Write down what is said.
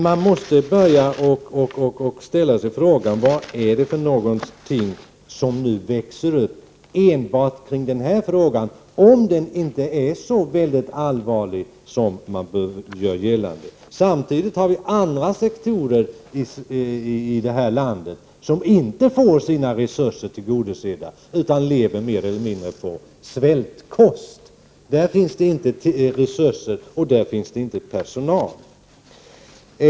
Man bör fråga sig vad det är för någonting som växer upp enbart kring EG-frågan — om den nu inte är så allvarlig som man gör gällande. Detta sker samtidigt som det finns andra sektorer i detta land som inte får sina behov tillgodosedda, utan som mer eller mindre lever på svältkost. På dessa områden finns det inte resurser, och det finns inte personal.